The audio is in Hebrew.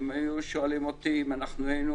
אם היו שואלים אותי אם אנחנו היינו